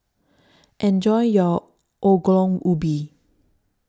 Enjoy your Ongol Ubi